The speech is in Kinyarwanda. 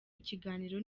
ikiganiro